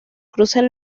cruzan